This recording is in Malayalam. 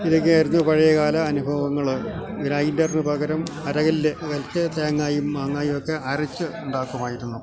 ഇതൊക്കെയായിരുന്നു പഴയ കാല അനുഭവങ്ങൾ ഗ്രൈൻ്റര്ന് പകരം അരകല്ല് വെച്ച് തേങ്ങയും മാങ്ങായുമൊക്കെ അരച്ച് ഉണ്ടാക്കുമായിരുന്നു